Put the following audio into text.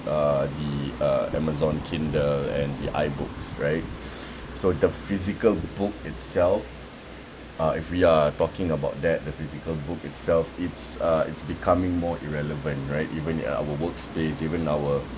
uh the uh amazon kindle and the I books right so the physical book itself uh if we are talking about that the physical book itself it's uh it's becoming more irrelevant right even in our workspace even in our